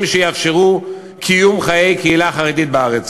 שיאפשרו קיום חיי קהילה חרדית בארץ.